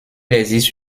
existe